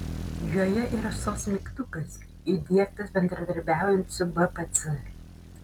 joje yra sos mygtukas įdiegtas bendradarbiaujant su bpc